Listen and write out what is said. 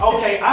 Okay